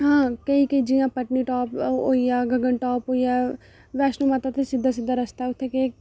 केंई केंई जि'यां पतनीटाप होई गेआ गगनटाप होई गेआ बैष्णो माता ते सिद्धा सिद्धा रस्ता ऐ उत्थै के